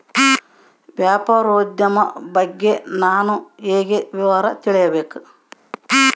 ವ್ಯಾಪಾರೋದ್ಯಮ ಬಗ್ಗೆ ನಾನು ಹೇಗೆ ವಿವರ ತಿಳಿಯಬೇಕು?